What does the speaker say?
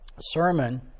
sermon